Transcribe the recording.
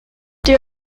they